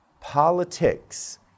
politics